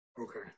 Okay